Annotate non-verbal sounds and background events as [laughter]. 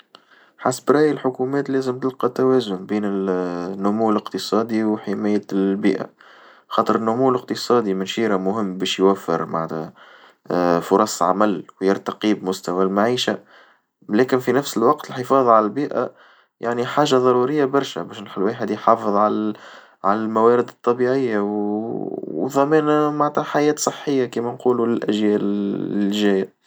حسب رأي الحكومات لازم تلقى توازن بين ال [hesitation] النمو الاقتصادي وحماية البيئة، خاطر النمو الاقتصادي ماشي راه مهم باش يوفر معناته [hesitation] فرص عمل ويرتقي بمستوى المعيشة، لكن في نفس الوقت الحفاظ على البيئة يعني حاجة ضرورية برشا باش نخلي الواحد يحافظ على على الموارد الطبيعية و فهمان معتنها حياة صحية كيما نقولو للأجيال الجاية.